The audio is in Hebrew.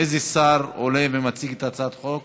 איזה שר עולה ומציג את הצעת החוק